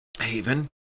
Haven